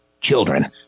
children